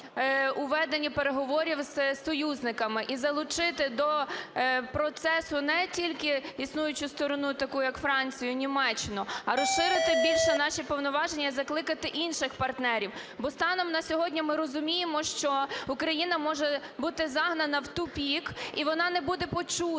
веденні переговорів з союзниками, і залучити до процесу не тільки існуючу сторону, так, як Францію і Німеччину, а розширити більше наші повноваження і закликати інших партнерів. Бо станом на сьогодні, ми розуміємо, що Україна може загнана в тупик і вона не буде почута.